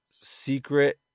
secret